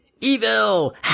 evil